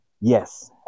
yes